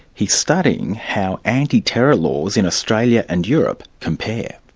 he's studying how anti-terror laws in australia and europe compare.